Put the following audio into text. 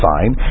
Fine